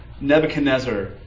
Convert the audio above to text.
Nebuchadnezzar